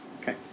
Okay